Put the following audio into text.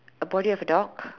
a body of a dog